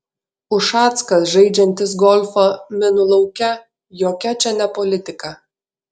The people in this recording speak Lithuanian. ušackas žaidžiantis golfą minų lauke jokia čia ne politika